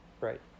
right